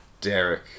Derek